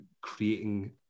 creating